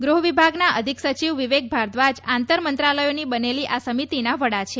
ગૃહવિભાગના અધિક સચિવ વિવેક ભારદ્વાજ આંતર મંત્રાલયોની બનેલી આ સમિતીના વડા છે